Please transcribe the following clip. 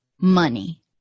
money